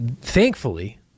thankfully